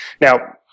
Now